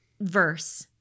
verse